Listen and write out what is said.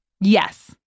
Yes